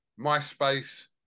MySpace